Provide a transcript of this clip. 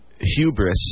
Hubris